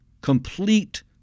complete